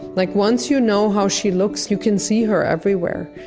like, once you know how she looks you can see her everywhere,